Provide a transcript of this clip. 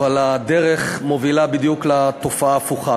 אבל הדרך מובילה בדיוק לתופעה ההפוכה.